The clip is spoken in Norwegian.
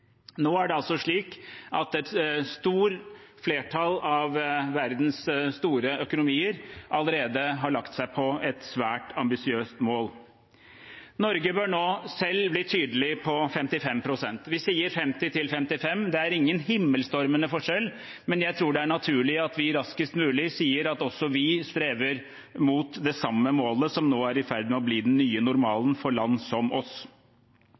Nå er det altså slik at et stort flertall av verdens store økonomier allerede har lagt seg på et svært ambisiøst mål. Norge bør nå selv bli tydelig på 55 pst. Vi sier 50 til 55 pst. Det er ingen himmelstormende forskjell, men jeg tror det er naturlig at vi raskest mulig sier at også vi strever mot det samme målet som nå er i ferd med å bli den nye normalen for land som oss.